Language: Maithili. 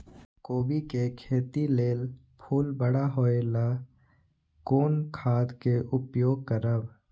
कोबी के खेती लेल फुल बड़ा होय ल कोन खाद के उपयोग करब?